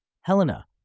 Helena